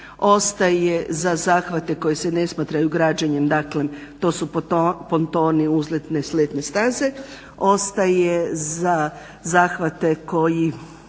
ostaje za zahvate koji se ne smatraju građenjem, dakle to su pontoni, uzletne i sletne staze, ostaje za zahvate koji